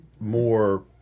more